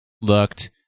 looked